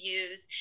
use